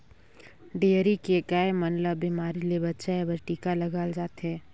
dairy के गाय मन ल बेमारी ले बचाये बर टिका लगाल जाथे